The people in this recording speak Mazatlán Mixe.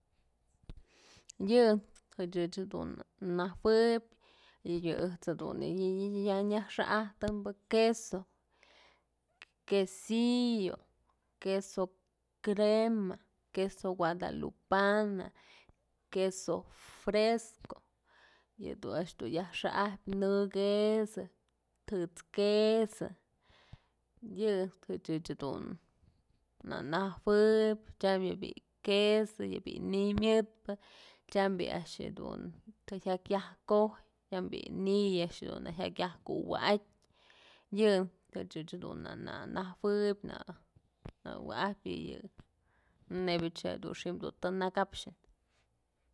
Yëchëh dun najuëb yë ëjt's jedun ya nyaj xa'ajtëm queso, quesillo, queso crema, queso duadalupana, queso fresco, yëdun a'ax dun yaj xa'ajpyë në queso, tët's queso, yëchëch jëdun na najueb, tyam yë bi'i queso yëbi'i ni'iy myëtpë tyam bi'i a'ax jedun të jyak yaj kojyë yë ni'i a'ax dun jyak yëj kuwa'atyë yë ëch dun na najuëb na wa'ajpyë nnebyëch ëch dun xi'im të nëkapxyë.